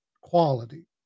quality